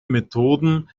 methoden